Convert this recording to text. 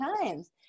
times